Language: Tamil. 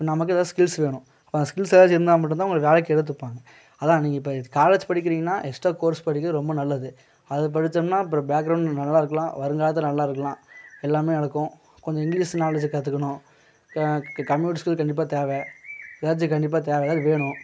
இப்போ நமக்கு எதாது ஸ்கில்ஸ் வேணும் இப்போ அந்த ஸ்கில்ஸ் ஏதாச்சும் இருந்தால் மட்டுந்தான் உங்களை வேலைக்கு எடுத்துப்பாங்க அதுதான் நீங்கள் இப்போ காலேஜ் படிக்கிறீங்கனா எக்ஸ்ட்ரா கோர்ஸ் படிக்கிறது ரொம்ப நல்லது அது படிச்சோம்னா அப்பறோம் பேக்ரவுண்ட் நல்லா இருக்கலாம் வருங்காலத்தில் நல்லா இருக்கலாம் எல்லாமே நடக்கும் கொஞ்சம் இங்கிலீஷ் நாலேஜை கற்றுக்கணும் இப்போ கம்யூனிட்டி ஸ்கில் கண்டிப்பாக தேவை எதாச்சும் கண்டிப்பாக தேவை அதாவது வேணும்